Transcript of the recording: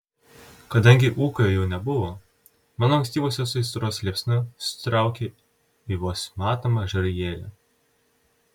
kadangi ūkio jau nebuvo mano ankstyvosios aistros liepsna susitraukė į vos matomą žarijėlę